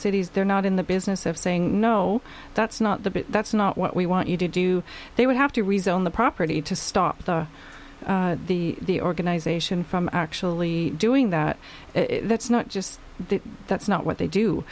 city's they're not in the business of saying no that's not the bit that's not what we want you to do they would have to rezone the property to stop the the organization from actually doing that that's not just that's not what they do